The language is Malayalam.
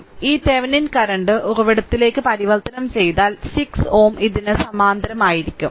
അതിനാൽ ഈ തെവെനിൻ കറന്റ് ഉറവിടത്തിലേക്ക് പരിവർത്തനം ചെയ്താൽ 6 Ω ഇതിന് സമാന്തരമായിരിക്കും